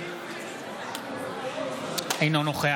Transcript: אני קובע שההצעה לא התקבלה.